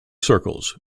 circles